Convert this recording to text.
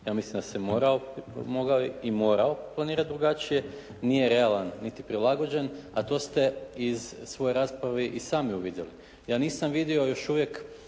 Ja mislim da se mogao i morao planirati drugačije. Nije realan, niti prilagođen, a to ste iz svoje rasprave i sami uvidjeli. Ja nisam vidio još uvijek